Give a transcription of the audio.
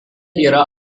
yra